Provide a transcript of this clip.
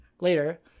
Later